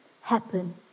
happen